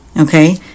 okay